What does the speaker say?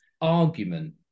argument